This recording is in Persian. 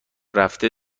رفته